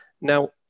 Now